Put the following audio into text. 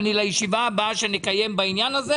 אני רוצה את כל הנתונים עד לישיבה הבאה שנקיים בעניין הזה.